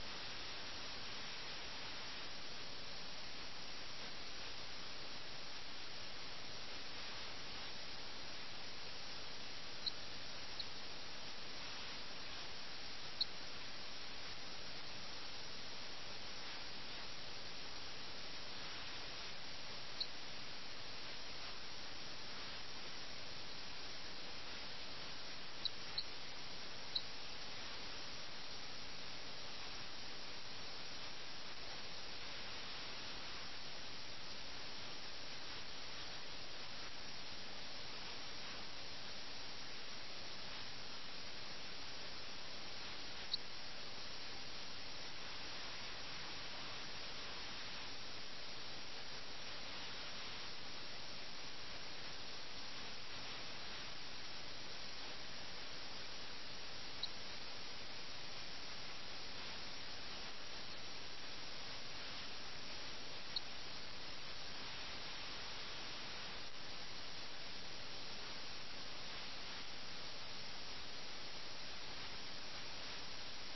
അവൻ വളരെ പരുഷമായും മര്യാദയില്ലാത്ത രീതിയിലും സംസാരിക്കുന്നു ഒരുപക്ഷേ രാജാവ് തന്റെ സൈന്യത്തിന് സൈന്യത്തെ നൽകണമെന്ന് ആഗ്രഹിക്കുന്നുവെന്നും അദ്ദേഹം പറഞ്ഞു അതോടൊപ്പം ജാഗിർദാരി എന്ന പ്രഭുത്വ സമ്പ്രദായം എളുപ്പമുള്ള ജോലിയല്ലെന്നും അദ്ദേഹം പറയുന്നു അത് തികച്ചും അതീവ ശ്രദ്ധ വേണ്ടുന്ന ഒന്നാണ് അത് അവൻ അറിയുകയും ചെയ്യാം അതായത് ഒരിക്കൽ അവൻ യുദ്ധക്കളത്തിൽ പോയാൽ യഥാർത്ഥ ഉത്തരവാദിത്തം അവനറിയാം ജാഗിർദാരിയുടെ യഥാർത്ഥ സ്വഭാവം അന്നത്തെ സമൂഹത്തിൽ നടപ്പിലുണ്ടായിരുന്ന പ്രഭുവർഗ്ഗ വ്യവസ്ഥ